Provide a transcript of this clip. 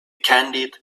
candied